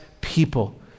people